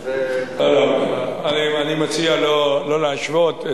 אני מציע לא להשוות.